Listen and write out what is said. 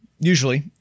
usually